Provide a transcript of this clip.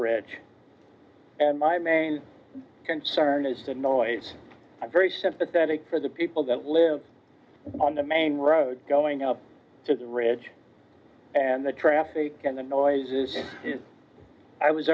ridge and my main concern is the noise i'm very sympathetic for the people that live on the main road going up to the ridge and the traffic and the noise is i was